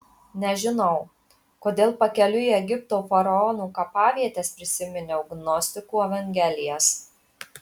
nežinau kodėl pakeliui į egipto faraonų kapavietes prisiminiau gnostikų evangelijas